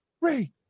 Ray